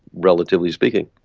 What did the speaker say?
relatively speaking.